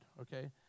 okay